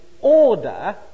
order